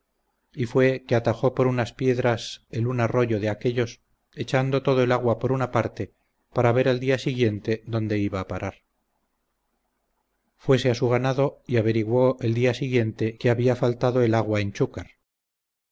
y fue que atajó con unas piedras el un arroyo de aquellos echando todo el agua por una parte para ver al día siguiente donde iba a parar fuese a su ganado y averiguo el día siguiente que había faltado el agua en chucar